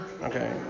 Okay